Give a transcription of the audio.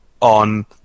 on